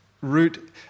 root